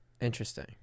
Interesting